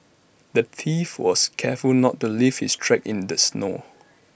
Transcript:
the thief was careful not to leave his tracks in the snow